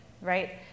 right